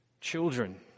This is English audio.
children